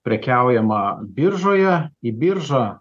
prekiaujama biržoje į biržą